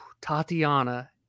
Tatiana